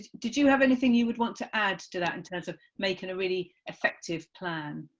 did you have anything you would want to add to that, in terms of making a really effective plan?